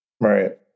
right